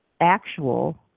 actual